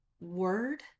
word